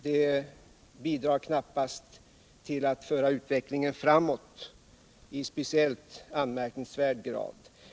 Det bidrar knappast till att föra utvecklingen framåt i speciellt anmärkningsvärd grad.